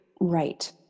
Right